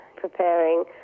preparing